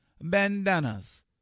bandanas